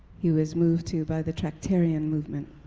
he was moved to by the tractarian movement,